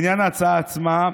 לעניין ההצעה עצמה,